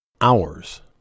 hours